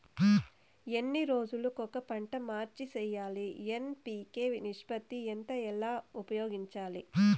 ఎన్ని రోజులు కొక పంట మార్చి సేయాలి ఎన్.పి.కె నిష్పత్తి ఎంత ఎలా ఉపయోగించాలి?